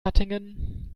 hattingen